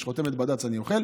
יש חותמת בד"ץ, אני אוכל.